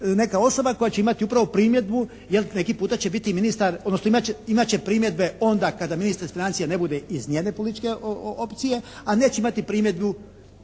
neka osoba koja će imati upravo primjedbu, jer neki puta će biti ministar, odnosno imat će primjedbe onda kad ministar iz financija ne bude iz njene političke opcije, a neće imati primjedbu